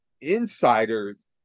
insiders